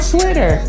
Twitter